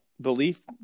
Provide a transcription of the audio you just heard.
belief